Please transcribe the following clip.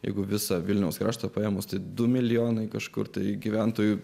jeigu visą vilniaus kraštą paėmus tai du milijonai kažkur tai gyventojų